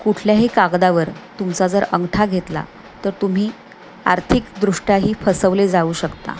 कुठल्याही कागदावर तुमचा जर अंगठा घेतला तर तुम्ही आर्थिकदृष्ट्याही फसवले जाऊ शकता